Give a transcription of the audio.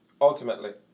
Ultimately